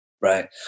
Right